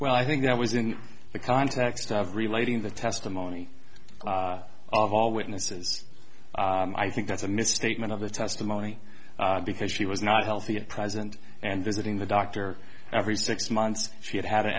well i think that was in the context of relating the testimony of all witnesses i think that's a misstatement of the testimony because she was not healthy at present and visiting the doctor every six months she had had an